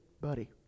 buddy